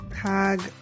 Tag